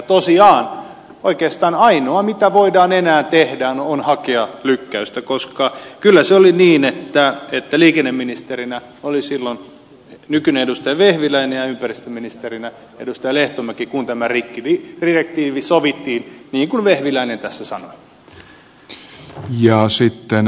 tosiaan oikeastaan ainoa mitä voidaan enää tehdä on hakea lykkäystä koska kyllä se oli niin että liikenneministerinä oli silloin nykyinen edustaja vehviläinen ja ympäristöministerinä edustaja lehtomäki kun tämä rikkidirektiivi sovittiin niin kuin vehviläinen tässä sanoi